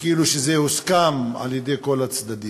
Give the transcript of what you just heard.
וכאילו זה הוסכם על-ידי כל הצדדים.